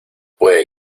puede